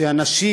שאנשים